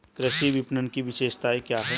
कृषि विपणन की विशेषताएं क्या हैं?